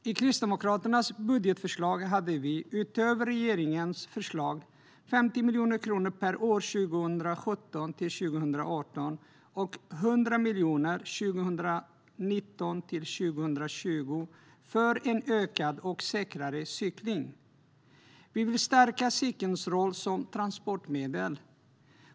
I Kristdemokraternas budgetförslag hade vi, utöver regeringens förslag, 50 miljoner kronor per år 2017-2018 och 100 miljoner 2019-2020 för en ökad och säkrare cykling. Vi vill stärka cykelns roll som transportmedel.